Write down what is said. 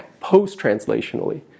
post-translationally